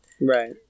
Right